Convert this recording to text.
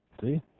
See